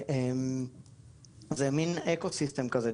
זה מין אקו-סיסטם כזה,